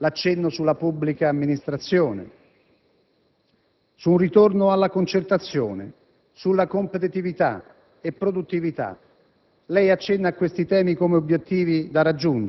Abbiamo ascoltato con attenzione l'accenno alla pubblica amministrazione, a un ritorno alla concertazione e ai temi della competitività e della produttività: